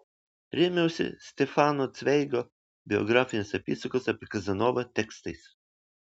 rėmiausi stefano cveigo biografinės apysakos apie kazanovą tekstais